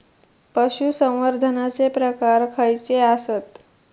पशुसंवर्धनाचे प्रकार खयचे आसत?